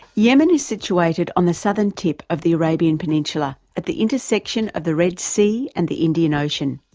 yemen is situated on the southern tip of the arabian peninsula at the intersection of the red sea and the indian ocean.